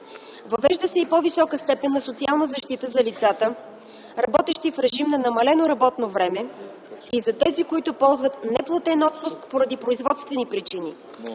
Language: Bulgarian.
Въвежда се и по-висока степен на социална защита за лицата, работещи в режим на намалено работно време и за тези които ползват неплатен отпуск поради производствени причини,